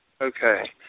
okay